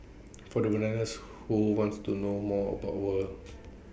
for the bananas who wants to know more about war